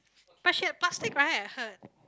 but she had plastic right I heard